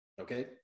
Okay